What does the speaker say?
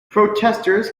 protestors